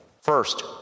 First